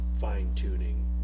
fine-tuning